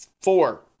Four